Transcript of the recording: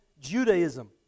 Judaism